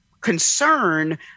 concern